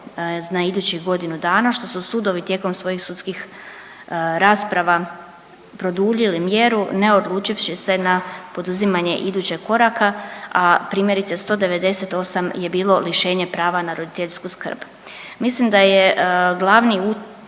na idućih godinu dana što su sudovi tijekom svojih sudskih rasprava produljili mjeru ne odlučivši se na poduzimanje idućeg koraka, a primjerice 198 je bilo lišenje prava na roditeljsku skrb. Mislim da je glavni uteg